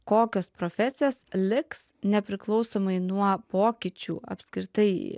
kokios profesijos liks nepriklausomai nuo pokyčių apskritai